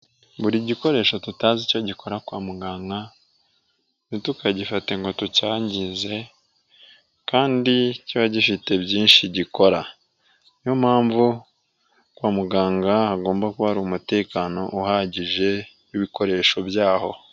Buri gikoresho tutazi icyo gikora kwa muganga ntitukagifate ngo tucyangize kandi kiba gifite byinshi gikora, niyo mpamvu kwa muganga hagomba kuba hari umutekano uhagije w'ibikoresho byaho.